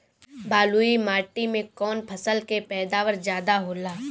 बालुई माटी में कौन फसल के पैदावार ज्यादा होला?